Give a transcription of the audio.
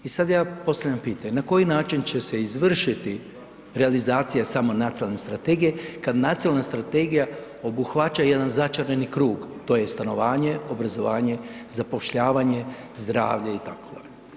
I sad ja postavljam pitanje, na koji način će se izvršiti realizacija same nacionalne strategije kad nacionalna strategija obuhvaća jedan začarani krug, to je stanovanje, obrazovanje zapošljavanje, zdravlje itd.